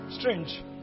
Strange